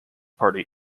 party